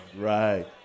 Right